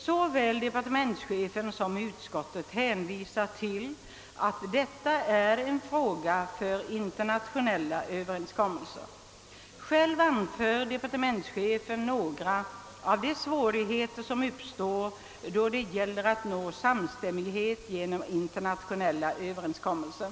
Såväl departementschefen som utskottet hänvisar till att detta är en fråga som lämpar sig för internationella överenskommelser. Själv anför departementschefen några av de svårigheter som kan uppstå då det gäller att nå samstämmighet genom internationella överenskommelser.